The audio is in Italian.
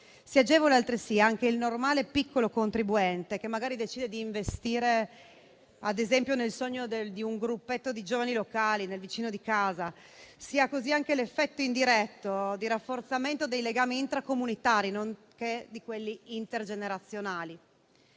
Si agevola altresì anche il normale piccolo contribuente, che magari decide di investire, ad esempio, nel sogno di un gruppetto di giovani locali, o del vicino di casa. Si ha così anche l'effetto indiretto di rafforzamento dei legami intracomunitari, nonché di quelli intergenerazionali.